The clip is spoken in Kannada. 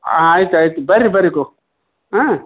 ಆಯ್ತು ಆಯಿತು ಬನ್ರಿ ಬನ್ರಿ ಗೊ ಆಂ